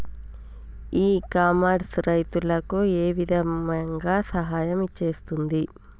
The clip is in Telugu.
ఇ కామర్స్ రైతులకు ఏ విధంగా సహాయం చేస్తుంది?